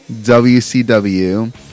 WCW